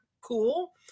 cool